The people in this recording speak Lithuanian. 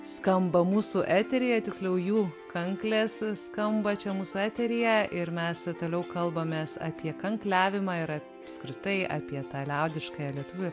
skamba mūsų eteryje tiksliau jų kanklės skamba čia mūsų eteryje ir mes toliau kalbamės apie kankliavimą apskritai apie tą liaudiškąją lietuvių